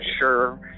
sure